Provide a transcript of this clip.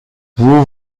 vous